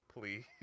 please